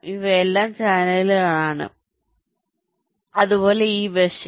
ഇവയെല്ലാം ചാനലുകളാണ് അതുപോലെ ഈ വശവും